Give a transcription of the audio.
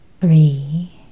three